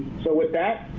so with that,